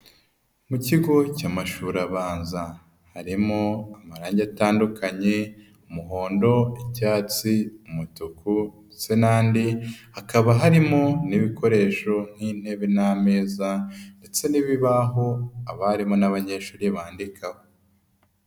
Mu kigo cy'amashuri abanza, harimo amarangi atandukanye, umuhondo, icyatsi, umutuku ndetse n'andi, hakaba harimo n'ibikoresho nk'intebe n'ameza ndetse n'ibibaho abarimu n'abanyeshuri bandikaho.